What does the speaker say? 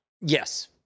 Yes